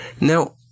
Now